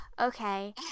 okay